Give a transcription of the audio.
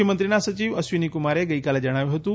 મુખ્યમંત્રીના સચિવ અશ્વિનીકુમારે ગઇકાલે જણાવ્યું હતું